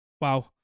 Wow